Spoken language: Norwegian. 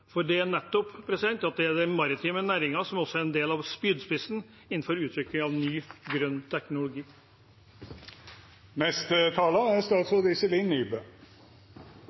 Nettopp den maritime næringen er også er en del av spydspissen innenfor utvikling av ny grønn